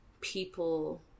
people